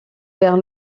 vers